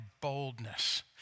boldness